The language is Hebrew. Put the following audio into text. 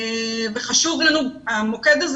הקמת המוקד,